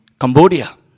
Cambodia